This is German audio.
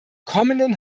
kommenden